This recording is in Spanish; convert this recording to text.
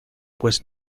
pues